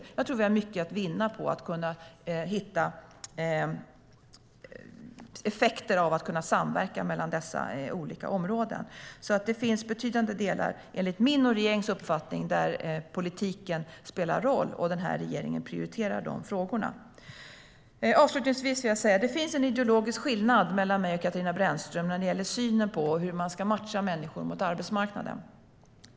Jag tror att vi har mycket att vinna på att hitta effekter av samverkan mellan dessa olika områden. Det finns alltså enligt min och regeringens uppfattning betydande delar där politiken spelar roll, och den här regeringen prioriterar de frågorna. Avslutningsvis vill jag säga att det finns en ideologisk skillnad mellan min och Katarina Brännströms syn på hur man ska matcha människor mot arbetsmarknaden.